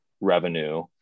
revenue